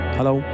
Hello